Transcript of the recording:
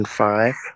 five